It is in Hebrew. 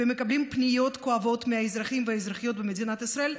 ומקבלים פניות כואבות מהאזרחים והאזרחיות במדינת ישראל.